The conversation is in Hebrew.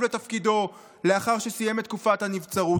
לתפקידו לאחר שסיים את תקופת הנבצרות.